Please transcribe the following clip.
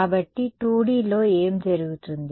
కాబట్టి 2Dలో ఏమి జరుగుతుంది